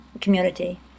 community